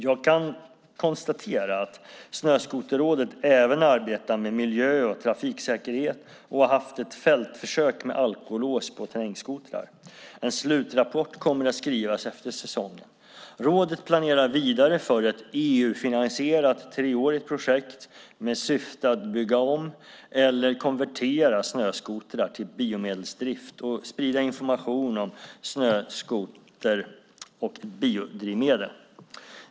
Jag kan konstatera att Snöskoterrådet även arbetar med miljö och trafiksäkerhet och har haft ett fältförsök med alkolås på terrängskotrar. En slutrapport kommer att skrivas efter säsongen. Rådet planerar vidare för ett EU-finansierat treårigt projekt med syfte att bygga om eller konvertera snöskotrar till biomedelsdrift och att sprida information om snöskoter och biodrivmedel.